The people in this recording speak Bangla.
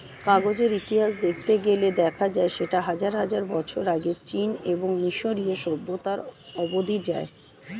কাগজের ইতিহাস দেখতে গেলে দেখা যায় সেটা হাজার হাজার বছর আগে চীন এবং মিশরীয় সভ্যতা অবধি যায়